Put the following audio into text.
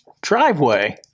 driveway